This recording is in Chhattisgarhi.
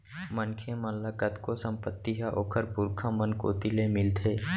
मनखे मन ल कतको संपत्ति ह ओखर पुरखा मन कोती ले मिलथे